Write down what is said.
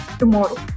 tomorrow